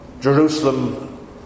Jerusalem